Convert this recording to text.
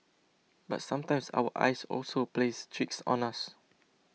but sometimes our eyes also plays tricks on us